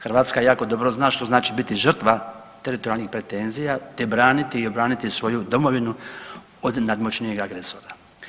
Hrvatska jako dobro zna što znači biti žrtva teritorijalnih pretenzija te braniti i obraniti svoju Domovinu od nadmoćnijeg agresora.